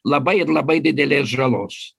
labai ir labai didelės žalos